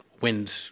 wind